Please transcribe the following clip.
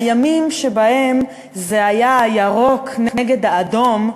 הימים שבהם זה היה הירוק נגד האדום,